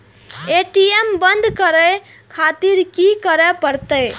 ATM बंद करें खातिर की करें परतें?